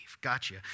gotcha